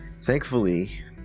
Thankfully